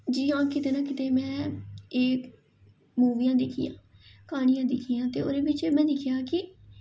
जियां किते ना किते में एह् मूवियां दिक्खियां क्हानियां दिक्खियां ते ओह्दे बिच्च में दिक्खेआ कि